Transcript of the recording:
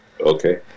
okay